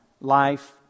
life